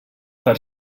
per